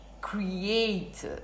create